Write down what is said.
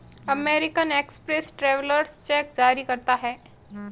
American Express travellers cheque जारी करता है